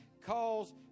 calls